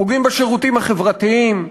פוגעים בשירותים החברתיים,